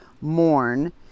mourn